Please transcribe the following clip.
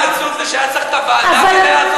את מבינה כמה זה עצוב שצריך את הוועדה כדי לעשות את זה?